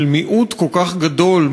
של מיעוט כל כך גדול,